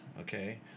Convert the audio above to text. okay